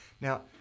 Now